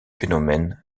phénomènes